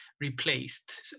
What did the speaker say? replaced